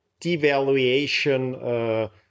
devaluation